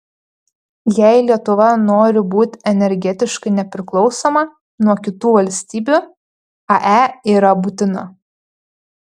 jei lietuva nori būti energetiškai nepriklausoma nuo kitų valstybių ae yra būtina